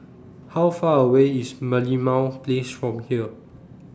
How Far away IS Merlimau Place from here